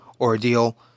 ordeal